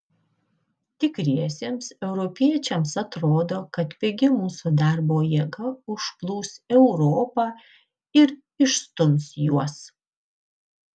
tikriesiems europiečiams atrodo kad pigi mūsų darbo jėga užplūs europą ir išstums juos